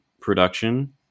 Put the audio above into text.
production